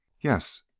yes